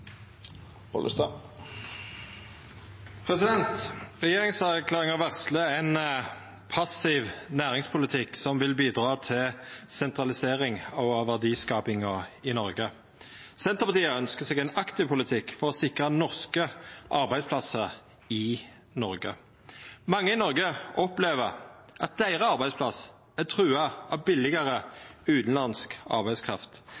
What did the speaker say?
moderne infrastruktur. Regjeringserklæringa varslar ein passiv næringspolitikk som vil bidra til sentralisering også av verdiskapinga i Noreg. Senterpartiet ønskjer seg ein aktiv politikk for å sikra norske arbeidsplassar i Noreg. Mange i Noreg opplever at arbeidsplassen deira er trua av billegare utanlandsk arbeidskraft.